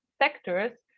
sectors